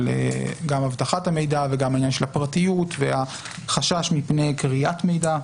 גם של אבטחת המידע וגם העניין של הפרטיות והחשש מפני קריאת מידע,